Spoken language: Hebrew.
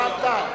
רע"ם-תע"ל,